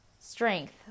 strength